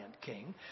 king